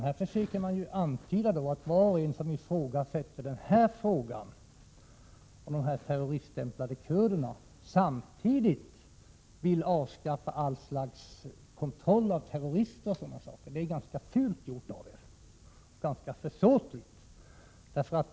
Här försöker man i stället att antyda att var och en som ifrågasätter att dessa kurder terroriststämplas samtidigt vill avskaffa allt slags kontroll av terrorister. Detta är ganska fult gjort av er och ganska försåtligt.